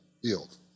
yield